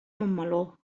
montmeló